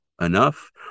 enough